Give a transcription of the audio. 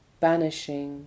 Banishing